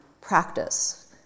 practice